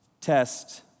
test